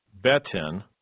Betin